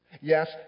Yes